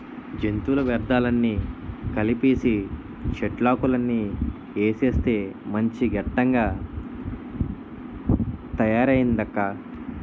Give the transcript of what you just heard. జంతువుల వ్యర్థాలన్నీ కలిపీసీ, చెట్లాకులన్నీ ఏసేస్తే మంచి గెత్తంగా తయారయిందక్కా